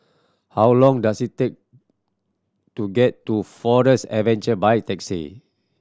how long does it take to get to Forest Adventure by taxi